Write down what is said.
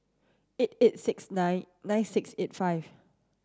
eight eight six nine nine six eight five